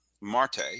Marte